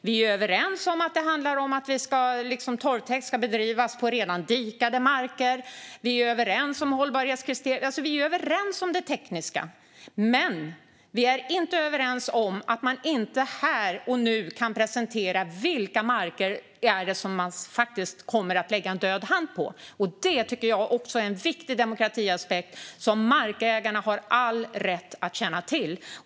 Vi är överens om att torvtäkt ska bedrivas på redan dikade marker. Vi är överens om hållbarhetskriterier. Vi är alltså överens om det tekniska. Men vi är inte överens om att man inte här och nu kan presentera vilka marker det är som man faktiskt kommer att lägga en död hand över. Det tycker jag är en viktig demokratiaspekt som markägarna har all rätt att känna till.